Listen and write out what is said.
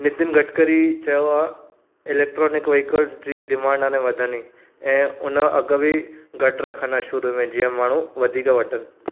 नितिन गडकरी चयो ढे electronic vehicles जीअं डिमांड हाणे वधंदी ऐं हुन खां अघु बि घटि रखंदा शुरू में जीअं माण्हू वधीक वठनि